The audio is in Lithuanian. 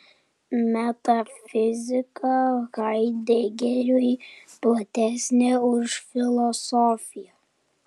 metafizika haidegeriui platesnė už filosofiją